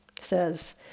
says